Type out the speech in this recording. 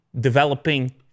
developing